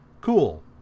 Cool